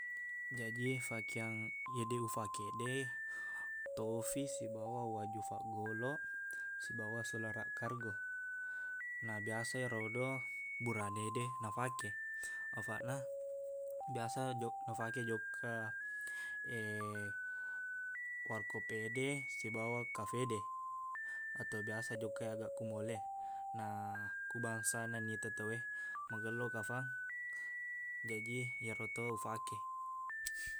Jaji fakeang iyede ufakede tofi sibawa waju faggoloq sibawa sularaq kargo nabiasa erodo buranede nafake afaqna biasa jok- nafake jokka warkoppede sibawa kafede ato biasa jokka aga ko mall e na ku bangsana nita tauwe magello kafang jaji eroto ufake